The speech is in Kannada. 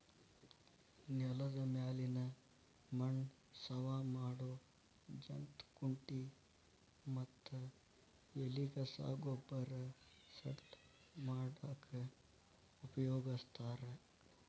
ನೆಲದ ಮ್ಯಾಲಿನ ಮಣ್ಣ ಸವಾ ಮಾಡೋ ಜಂತ್ ಕುಂಟಿ ಮತ್ತ ಎಲಿಗಸಾ ಗೊಬ್ಬರ ಸಡ್ಲ ಮಾಡಾಕ ಉಪಯೋಗಸ್ತಾರ